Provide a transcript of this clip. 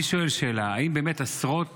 אני שואל שאלה: האם באמת עשרות